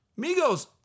Migos